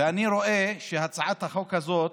ואני רואה שהצעת החוק הזאת